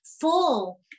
full